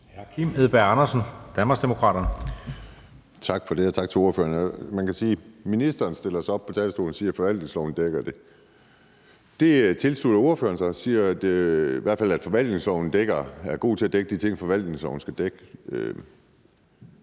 Kim Edberg Andersen (DD): Tak for det, og tak til ordføreren. Ministeren stiller sig op på talerstolen og siger, at forvaltningsloven dækker det. Det tilslutter ordføreren sig og siger, at forvaltningsloven i hvert fald er god til at dække de ting, forvaltningsloven skal dække.